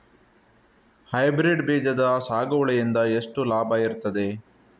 Hybrid ಬೀಜದ ಸಾಗುವಳಿಯಿಂದ ಎಂತ ಲಾಭ ಇರ್ತದೆ?